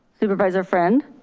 supervisor friend.